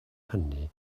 hynny